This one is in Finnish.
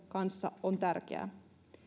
kanssa on tärkeää